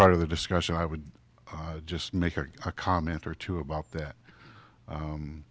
part of the discussion i would just make a comment or two about that